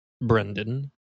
Brendan